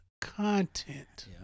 content